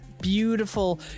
Beautiful